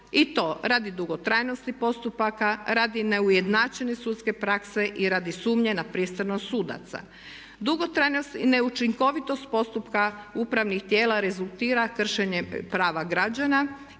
i to radi dugotrajnosti postupaka, radi neujednačene sudske prakse i radi sumnje na pristranost sudaca. Dugotrajnost i neučinkovitost postupka upravnih tijela rezultira kršenjem prava građana i oni se čak